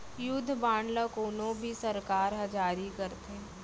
युद्ध बांड ल कोनो भी सरकार ह जारी करथे